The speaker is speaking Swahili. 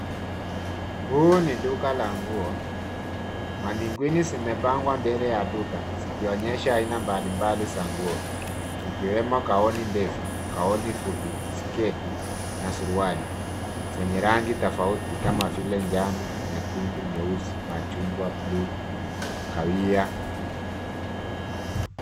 Huu ni duka la nguo. Manikwini zimepangwa mbele ya duka zikionyesha aina mbalimbali za nguo, ikiwemo gauni ndefu, gauni fupi, sketi na suruali zenye rangi tofauti kama vile njano, nyekundu, nyeusi, machungwa, buluu, kahawia.